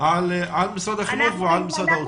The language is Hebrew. על משרד החינוך ועל משרד האוצר.